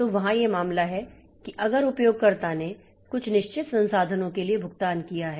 तो वहाँ यह मामला है कि अगर उपयोगकर्ता ने कुछ निश्चित संसाधनों के लिए भुगतान किया है